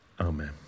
Amen